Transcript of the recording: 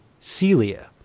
Celia